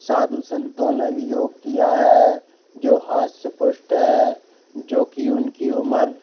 साधु संतों ने भी योग किया है जो हष्ट पुष्ट हैं जोकि उनकी उमर